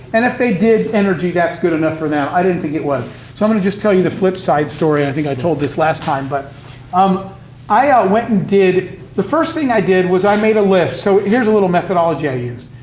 and if they did energy, that's good enough for them. i didn't think it was. so i'm gonna just tell you the flip side story. i think i told this last time, but um i i went and did the first thing i did was i made a list. so here's a little methodology i use.